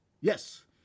Yes